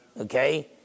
okay